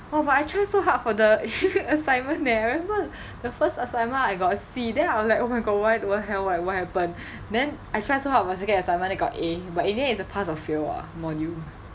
oh but I try so hard for the assignment leh I remember the first assignment I got C then I'm like oh my god why what the hell like what happened then I try so hard for the second assignment then got a but in the end is a pass or fail ah module